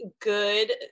good